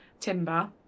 timber